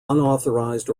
unauthorized